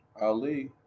Ali